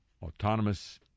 Autonomous